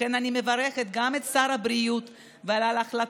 לכן אני מברכת גם את שר הבריאות על ההחלטה